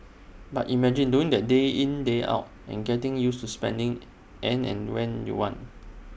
but imagine doing that day in day out and getting used to spending an and when you want